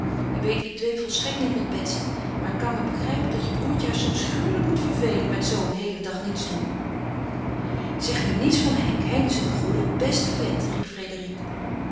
je weet ik dweep volstrekt niet met betsy maar ik kan me begrijpen dat je broêrtje haar soms gruwelijk moet vervelen met zoo een heelen dag niets doen zeg nu niets van henk henk is een goede beste vent riep